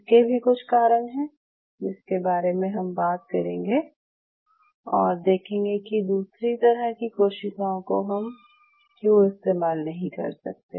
इसके भी कुछ कारण हैं जिसके बारे में अब हम बात करेंगे और देखेंगे कि दूसरी तरह की कोशिकाओं को हम क्यों इस्तेमाल नहीं कर सकते